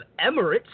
Emirates